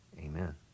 amen